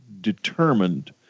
determined